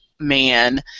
man